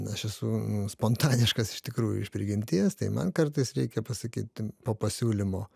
aš esu spontaniškas iš tikrųjų iš prigimties tai man kartais reikia pasakyti po pasiūlymo